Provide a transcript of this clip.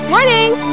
Morning